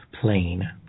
plane